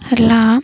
ହେଲା